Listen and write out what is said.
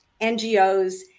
NGOs